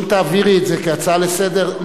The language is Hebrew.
אם תעבירי את זה כהצעה לסדר-היום,